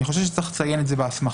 אני חושב שצריך לציין את זה בהסמכה.